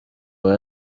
aba